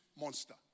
monster